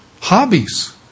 Hobbies